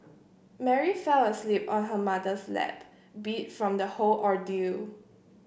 Mary fell asleep on her mother's lap beat from the whole ordeal